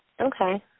Okay